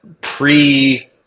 pre